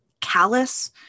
callous